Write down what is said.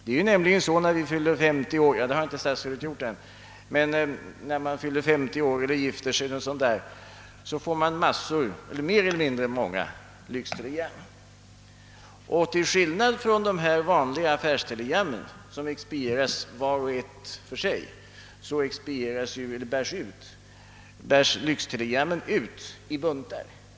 Det är nämligen så, att när vi fyller 50 år — det har inte statsrådet gjort än — eller gifter oss så får man en massa lyxtelegram, och till skillnad från de vanliga affärstelegrammen som expedieras vart och ett för sig, bärs lyxtelegrammen ut i buntar.